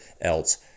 else